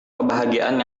kebahagiaan